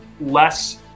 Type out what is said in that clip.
less